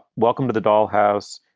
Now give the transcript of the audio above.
welcome to the dollhouse.